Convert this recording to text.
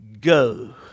go